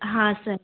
हाँ सर